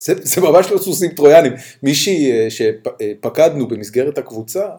זה, זה ממש לא סוסים טרויאניים, מישהי שפקדנו במסגרת הקבוצה.